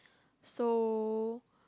so